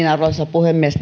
puhemies